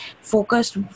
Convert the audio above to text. focused